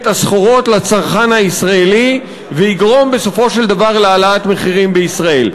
הסחורות לצרכן הישראלי ויגרום בסופו של דבר להעלאת מחירים בישראל.